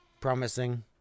Promising